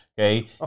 Okay